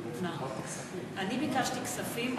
אני ביקשתי כספים,